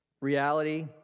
Reality